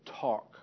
talk